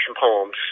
poems